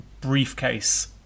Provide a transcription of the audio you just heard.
briefcase